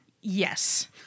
Yes